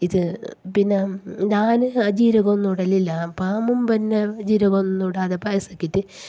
ഇത് പിന്നെ ഞാൻ ജീരകവും ഒന്നും ഇടലില്ല മുമ്പ് തന്നെ ജീരകം ഒന്നും ഇടാതെ പായസം ആക്കിയി ട്ട്